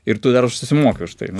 ir tu dar susimoki už tai nu